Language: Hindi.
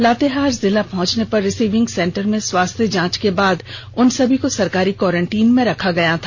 लातेहार जिला पहुंचने पर रिसीविंग सेंटर में स्वास्थ्य जांच के बाद उन सभी को सरकारी क्वारंटीन में रेखा गया था